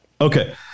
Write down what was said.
Okay